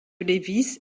lévis